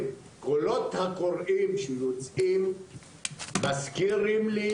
הקולות הקוראים שיוצאים מזכירים לי,